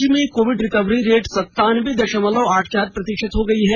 राज्य में Covid recovery rate सनतानबे दशमलव आठ चार प्रतिशत हो गई है